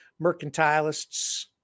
Mercantilists